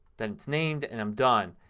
then it's named and i'm done.